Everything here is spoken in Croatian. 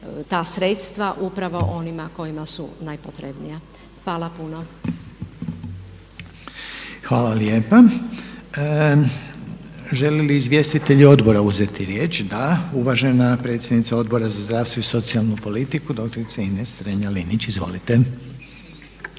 ta sredstva upravo onima kojima su najpotrebnija. Hvala puno. **Reiner, Željko (HDZ)** Hvala lijepa. Želi li izvjestitelji odbora uzeti riječ? Da. Uvažena predsjednica Odbora za zdravstvo i socijalnu politiku, doktorica Ines Strenja-Linić. Izvolite.